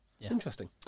Interesting